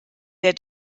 der